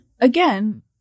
again